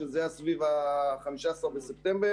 שזה היה סביב ה-15 בספטמבר,